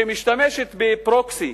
שמשתמשת ב-proxy,